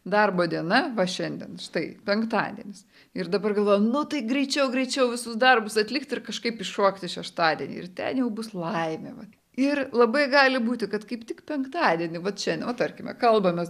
darbo diena va šiandien štai penktadienis ir dabar galvoju nu tai greičiau greičiau visus darbus atlikt ir kažkaip įšokt į šeštadienį ir ten jau bus laimė va ir labai gali būti kad kaip tik penktadienį vat šiandien va tarkime kalbamės